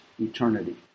eternity